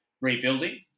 rebuilding